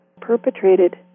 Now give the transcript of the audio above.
perpetrated